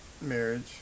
marriage